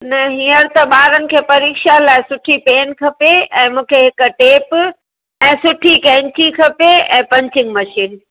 न हींअर त ॿारनि खे परीक्षा लाइ सुठी पेन खपे ऐं मूंखे हिकु टेप ऐं सुठी कैंची खपे ऐं पंचिंग मशीन